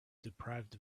deprived